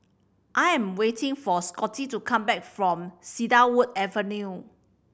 I am waiting for Scotty to come back from Cedarwood Avenue